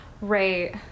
right